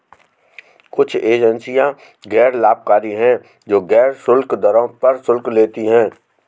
कुछ एजेंसियां गैर लाभकारी हैं, जो गैर शुल्क दरों पर शुल्क लेती हैं